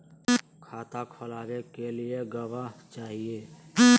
खाता खोलाबे के लिए गवाहों चाही?